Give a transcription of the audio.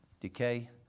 decay